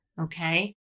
Okay